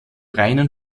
reinen